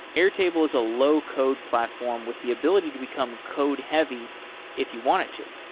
airtable is a low code platform with the ability to become code-heavy if you want it to.